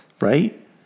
right